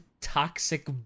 toxic